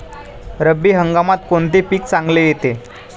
रब्बी हंगामात कोणते पीक चांगले येते?